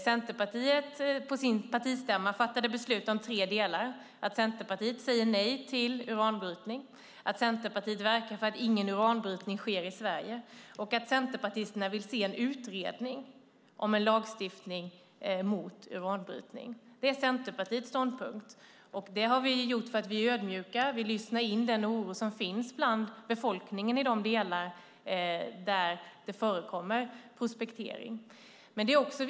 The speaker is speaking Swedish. Centerpartiet fattade på sin partistämma beslut om tre delar: Centerpartiet säger nej till uranbrytning. Centerpartiet verkar för att ingen uranbrytning sker i Sverige. Centerpartisterna vill se en utredning om en lagstiftning mot uranbrytning. Detta är Centerpartiets ståndpunkt som vi intagit därför att vi är ödmjuka. Vi lyssnar in den oro som finns bland befolkningen i de delar av landet där prospektering förekommer.